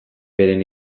beren